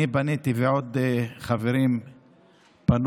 אני פניתי ועוד חברים פנו,